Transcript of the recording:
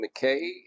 McKay